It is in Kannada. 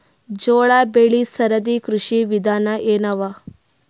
ಜೋಳ ಬೆಳಿ ಸರದಿ ಕೃಷಿ ವಿಧಾನ ಎನವ?